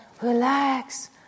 relax